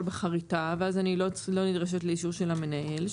בחריטה ואז אני לא נדרשת לאישור של המנהל,